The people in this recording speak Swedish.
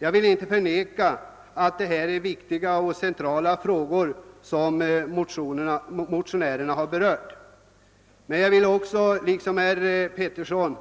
Jag vill inte förneka att det är viktiga och centrala problem som motionärerna har berört, men jag vill liksom herr Pettersson